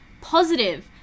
positive